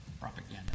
propaganda